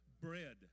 bread